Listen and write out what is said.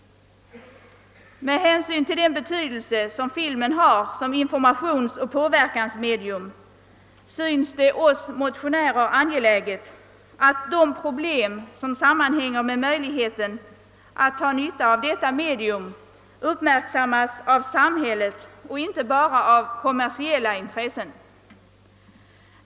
Med hänsyn till den betydelse som filmen har som informationsoch påverkansmedium synes det oss motionärer angeläget, att de problem som sammanhänger med möjligheten att dra nytta av detta medium uppmärksammas av samhället och inte bara av kommersiella intressen.